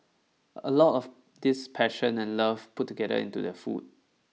a lot of this passion and love put together into the food